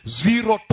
zero